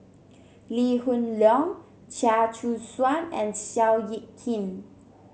Lee Hoon Leong Chia Choo Suan and Seow Yit Kin